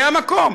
זה המקום,